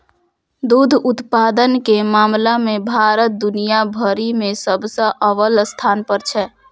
दुग्ध उत्पादन के मामला मे भारत दुनिया भरि मे सबसं अव्वल स्थान पर छै